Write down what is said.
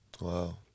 Wow